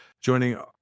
joining